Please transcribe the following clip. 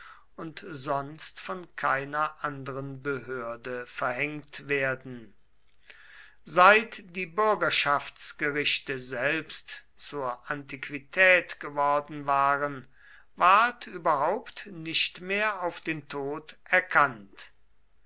und sonst von keiner andren behörde verhängt werden seit die bürgerschaftsgerichte selbst zur antiquität geworden waren ward überhaupt nicht mehr auf den tod erkannt